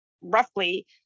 roughly